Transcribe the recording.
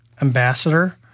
ambassador